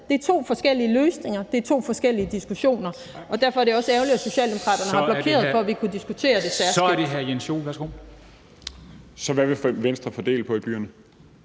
Det er to forskellige løsninger, det er to forskellige diskussioner, og derfor er det også ærgerligt, at Socialdemokraterne har blokeret for, at vi kunne tage diskussionerne særskilt. Kl. 09:34 Formanden (Henrik Dam Kristensen): Så er